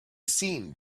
scene